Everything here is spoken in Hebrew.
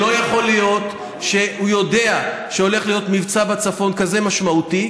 לא יכול להיות שהוא יודע שהולך להיות מבצע בצפון כזה משמעותי,